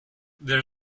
there